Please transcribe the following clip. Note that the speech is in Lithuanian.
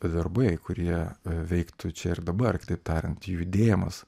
darbai kurie veiktų čia ir dabar kitaip tariant judėjimas